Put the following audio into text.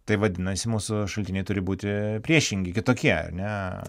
tai vadinasi mūsų šaltiniai turi būti priešingi kitokie ar ne